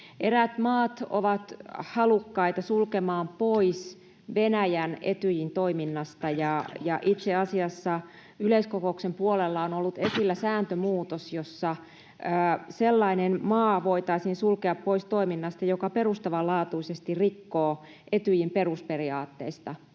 Eräät maat ovat halukkaita sulkemaan pois Venäjän Etyjin toiminnasta, ja itse asiassa yleiskokouksen puolella on ollut esillä sääntömuutos, jossa sellainen maa voitaisiin sulkea pois toiminnasta, joka perustavanlaatuisesti rikkoo Etyjin perusperiaatteita.